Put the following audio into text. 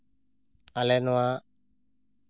ᱟᱞᱮ ᱱᱚᱣᱟ